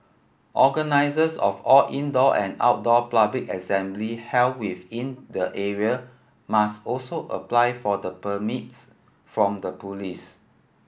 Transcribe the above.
organisers of all indoor and outdoor public assembly held within the area must also apply for the permits from the police